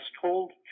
told